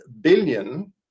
billion